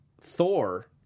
Thor